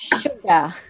sugar